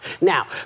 Now